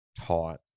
taught